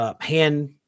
hand